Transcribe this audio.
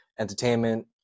Entertainment